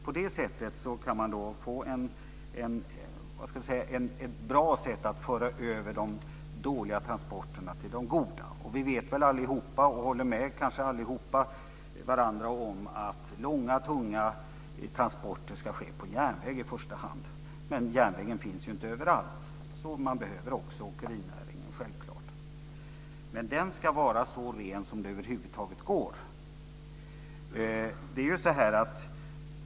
På det sättet kan man få ett bra sätt att föra över de dåliga transporterna till de goda. Vi vet väl allihop och håller kanske alla med varandra om att långa tunga transporter ska ske på järnväg i första hand. Men järnvägen finns ju inte överallt, så man behöver också åkerinäringen, självklart. Men den ska vara så ren som det över huvud taget går.